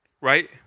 right